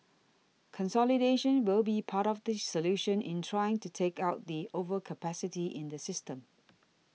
consolidation will be part of the solution in trying to take out the overcapacity in the system